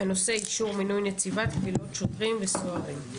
הנושא אישור מינוי נציבת קבילות שוטרים וסוהרים.